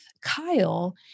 Kyle